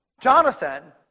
Jonathan